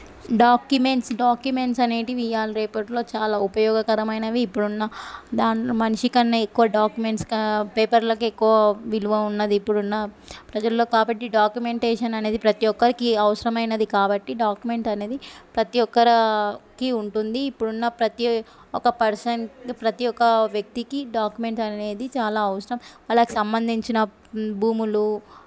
documents documents అనేవి ఇవాళ రేపటిలో చాలా ఉపయోగకరమైనవి ఇప్పుడు ఉన్న దానిలో మనిషికన్నా ఎక్కువ డాక్యుమెంట్స్ కా పేపర్లకే ఎక్కువ విలువ ఉన్నది ఇప్పుడు ఉన్న ప్రజల్లో కాబట్టి డాక్యుమెంటేషన్ అనేది ప్రతి ఒక్కరికి అవసరమైనది కాబట్టి డాక్యుమెంట్ అనేది ప్రతి ఒక్కరకి ఉంటుంది ఇప్పుడు ఉన్న ప్రతి ఒక పర్సన్ ప్రతీ ఒక్క వ్యక్తికి డాక్యుమెంట్స్ అనేది చాలా అవసరం వాళ్ళకు సంబంధించిన భూములు